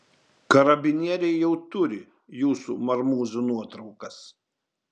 karabinieriai jau turi jūsų marmūzių nuotraukas